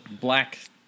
black